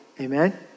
Amen